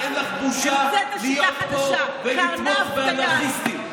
ואת, אין לך בושה להיות פה ולתמוך באנרכיסטים.